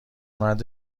مرد